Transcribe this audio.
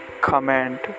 comment